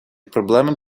проблеми